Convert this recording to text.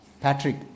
Patrick